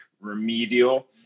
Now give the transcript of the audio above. remedial